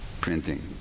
printing